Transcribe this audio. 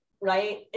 right